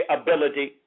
ability